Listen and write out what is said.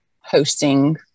hosting